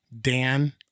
Dan